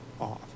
off